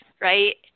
right